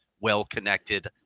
well-connected